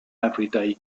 everyday